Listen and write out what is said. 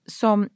som